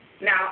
now